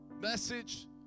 message